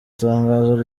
tangazo